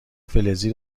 فلزی